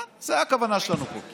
כן, זאת הכוונה שלנו פה.